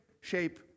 shape